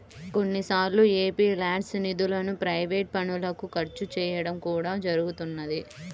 కొన్నిసార్లు ఎంపీల్యాడ్స్ నిధులను ప్రైవేట్ పనులకు ఖర్చు చేయడం కూడా జరుగుతున్నది